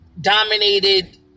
dominated